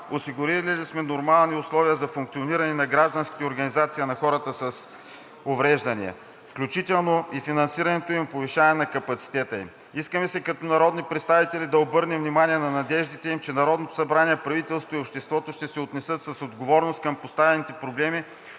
осигурили ли сме нормални условия за функциониране на гражданските организации на хората с увреждания. Включително и финансирането им и повишаване на капацитета им. Иска ми се като народни представители да обърнем внимание на надеждите им, че Народното събрание, правителството и обществото ще се отнесат с отговорност към поставените проблеми